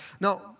No